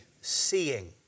seeing